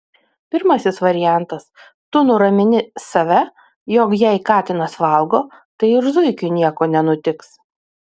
pirmasis variantas tu nuramini save jog jei katinas valgo tai ir zuikiui nieko nenutiks